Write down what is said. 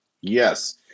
Yes